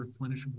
replenishable